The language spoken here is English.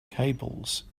cables